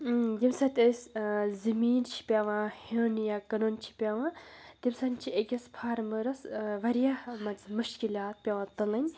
ییٚمہِ ساتہٕ تہِ أسۍ زٔمیٖن چھِ پٮ۪وان ہیوٚن یا کٕنُن چھِ پٮ۪وان تمہِ ساتہٕ چھِ أکِس فارمَرَس واریاہ مان ژٕ مُشکلات پٮ۪وان تُلٕنۍ